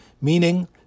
meaning